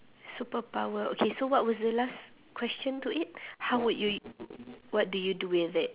superpower okay so what was the last question to it how would you u~ what do you do with it